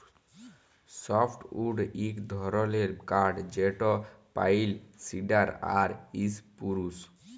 softwood ইক ধরলের কাঠ যেট পাইল, সিডার আর ইসপুরুস